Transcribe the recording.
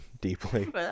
deeply